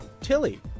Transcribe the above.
Tilly